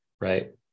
right